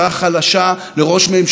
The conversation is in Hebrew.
למי טוב בית משפט חלש?